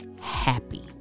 happy